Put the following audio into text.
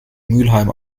mülheim